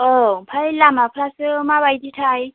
औ ओमफ्राय लामाफ्रासो माबायदिथाय